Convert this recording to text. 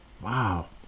Wow